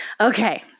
Okay